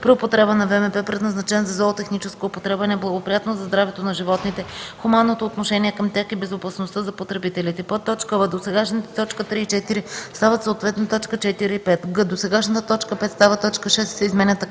при употреба на ВМП, предназначен за зоотехническа употреба е неблагоприятно за здравето на животните, хуманното отношение към тях и безопасността за потребителите”;